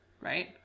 right